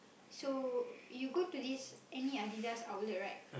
so you go to this any Adidas outlet right